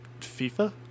FIFA